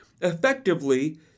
effectively